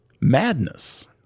madness